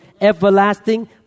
everlasting